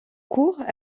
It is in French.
cours